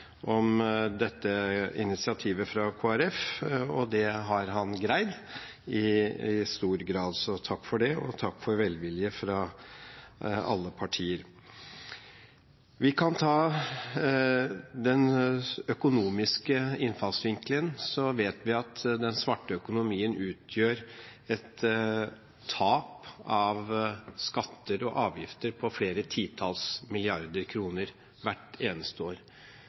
om dette initiativet fra Kristelig Folkeparti – det har han i stor grad greid. Takk for det og takk for velvilje fra alle partier. Hvis vi tar den økonomiske innfallsvinkelen, vet vi at den svarte økonomien utgjør et tap av skatter og avgifter på flere titalls milliarder kroner hvert eneste år.